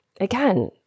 again